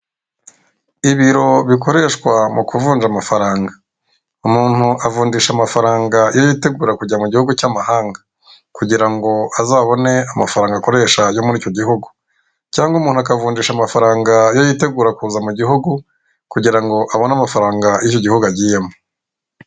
Ibiro bikoreshwa mu kuvunja amafaranga. Umuntu avunndisha amafaranga ye yitegura kujya mu gihugu cy'amahanga, kugira ngo azabone amafaranga akoresha ayo muri icyo gihugu. Cyangwa umuntu akavunsha amafaranga iyo yitegura kuza mu gihugu, kugira ngo abone amafaranga icyo gihugu agiyemo.